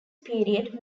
period